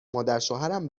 مادرشوهرم